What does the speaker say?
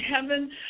heaven